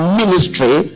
ministry